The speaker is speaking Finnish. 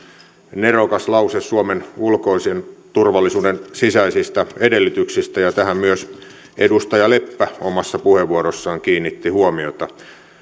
nerokas lause suomen ulkoisen turvallisuuden sisäisistä edellytyksistä ja tähän myös edustaja leppä omassa puheenvuorossaan kiinnitti huomiota